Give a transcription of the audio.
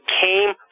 came